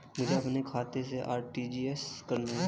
मुझे अपने खाते से आर.टी.जी.एस करना?